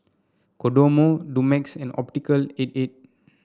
Kodomo Dumex and Optical eight eight